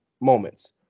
moments